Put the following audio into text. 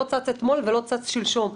לא צץ אתמול ולא צץ שלשום.